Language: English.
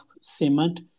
cement